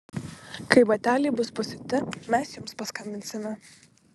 kai bateliai bus pasiūti mes jums paskambinsime